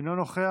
אינו נוכח,